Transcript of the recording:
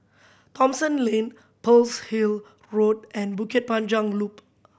Thomson Lane Pearl's Hill Road and Bukit Panjang Loop